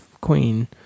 Queen